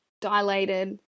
dilated